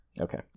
okay